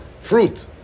fruit